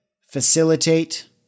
facilitate